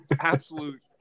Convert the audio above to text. Absolute